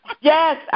Yes